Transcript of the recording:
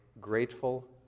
grateful